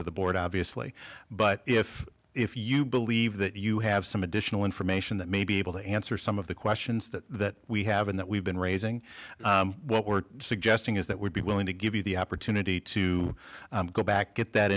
of the board obviously but if if you believe that you have some additional information that may be able to answer some of the questions that we have and that we've been raising what we're suggesting is that would be willing to give you the opportunity to go back get that